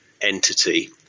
entity